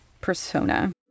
persona